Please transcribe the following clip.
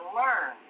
learn